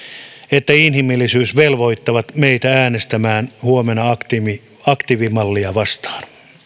ja inhimillisyys velvoittavat meitä äänestämään huomenna aktiivimallia vastaan